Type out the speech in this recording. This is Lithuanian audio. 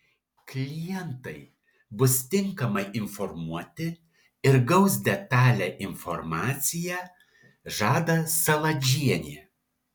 klientai bus tinkamai informuoti ir gaus detalią informaciją žada saladžienė